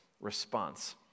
response